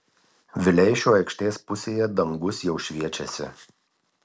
vileišio aikštės pusėje dangus jau šviečiasi